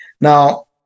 Now